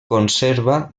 conserva